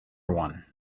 one